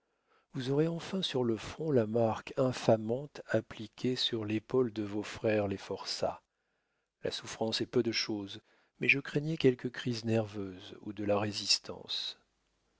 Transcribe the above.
vous aurez enfin sur le front la marque infamante appliquée sur l'épaule de vos frères les forçats la souffrance est peu de chose mais je craignais quelque crise nerveuse ou de la résistance